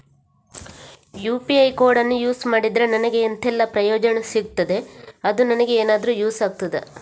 UPI ಕೋಡನ್ನು use ಮಾಡಿದ್ರೆ ನನಗೆ ಎಂಥೆಲ್ಲಾ ಪ್ರಯೋಜನ ಸಿಗ್ತದೆ, ಅದು ನನಗೆ ಎನಾದರೂ ಯೂಸ್ ಆಗ್ತದಾ?